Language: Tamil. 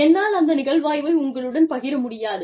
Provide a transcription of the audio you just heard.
என்னால் அந்த நிகழ்வாய்வை உங்களுடன் பகிர முடியாது